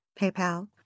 PayPal